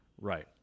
Right